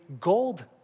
gold